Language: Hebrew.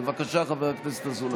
בבקשה, חבר הכנסת אזולאי.